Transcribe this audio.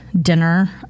dinner